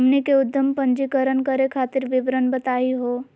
हमनी के उद्यम पंजीकरण करे खातीर विवरण बताही हो?